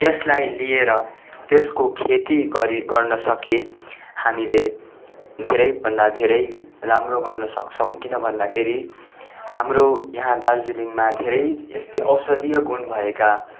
त्यसलाई लिएर त्यसको खेती गरे गर्न सके हामीले धेरैभन्दा धैरे राम्रो गर्न सक्छौँ किन भन्दाखेरि हाम्रो यहाँ दार्जिलिङमा धेरै यस्तो औषधीय गुण भएका